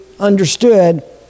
understood